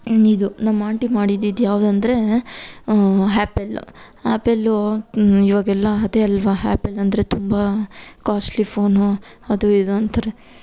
ಇನ್ನಿದು ನಮ್ಮ ಆಂಟಿ ಮಾಡಿದ್ದಿದ್ದು ಯಾವುದಂದ್ರೆ ಆ್ಯಪಲ್ ಆ್ಯಪಲ್ಲು ಇವಾಗೆಲ್ಲ ಅದೇ ಅಲ್ವಾ ಆ್ಯಪಲ್ ಅಂದರೆ ತುಂಬ ಕಾಸ್ಟ್ಲಿ ಫೋನು ಅದು ಇದು ಅಂತಾರೆ